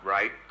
Right